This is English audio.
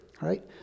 Right